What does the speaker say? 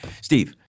Steve